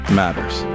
matters